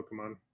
Pokemon